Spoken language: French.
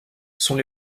sont